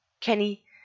Kenny